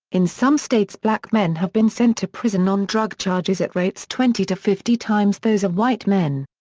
in some states black men have been sent to prison on drug charges at rates twenty to fifty times those of white men.